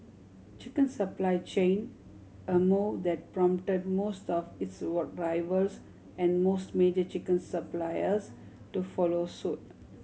chicken supply chain a move that prompt most of its were rivals and most major chicken suppliers to follow suit